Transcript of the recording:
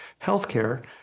healthcare